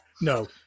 No